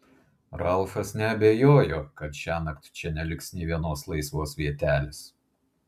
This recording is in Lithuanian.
ralfas neabejojo kad šiąnakt čia neliks nė vienos laisvos vietelės